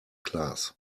class